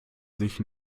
sich